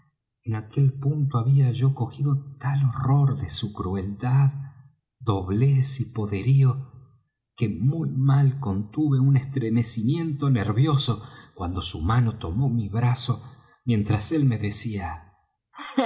en aquel punto había yo cogido tal horror de su crueldad doblez y poderío que muy mal contuve un estremecimiento nervioso cuando su mano tomó mi brazo mientras él me decía